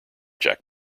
jack